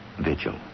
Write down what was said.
vigil